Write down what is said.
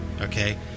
okay